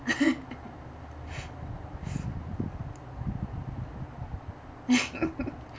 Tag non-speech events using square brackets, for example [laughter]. [laughs] [noise] [laughs]